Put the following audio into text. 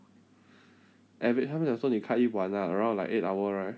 ave~ 他们讲说你开一晚 ah around like eight hour righ~